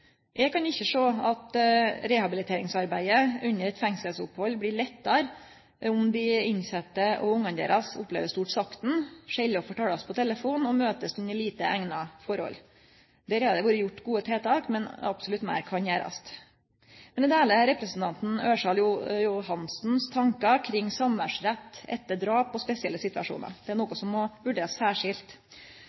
Eg kan ikkje sjå at rehabiliteringsarbeidet under eit fengselsopphald blir lettare om dei innsette og ungane deira opplever stort sakn, sjeldan får talast på telefon og møtest under lite eigna forhold. Her har det vore gjort gode tiltak, men absolutt meir kan gjerast. Men her deler eg representanten Ørsal Johansens tankar kring samværsrett etter drap og spesielle situasjonar. Det er noko som må vurderast særskilt.